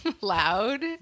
loud